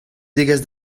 degas